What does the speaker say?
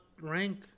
rank